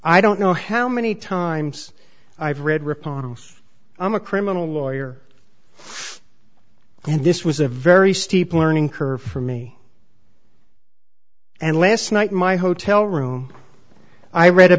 i don't know how many times i've read repond i'm a criminal lawyer and this was a very steep learning curve for me and last night my hotel room i read a